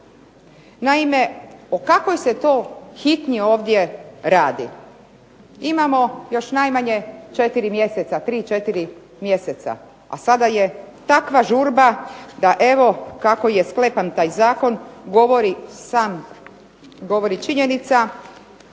Naime, o kakvoj se to hitnji ovdje radi? Imamo još najmanje 3, 4 mjeseca a sada je takva žurba da evo kako je sklepan taj zakon govori činjenica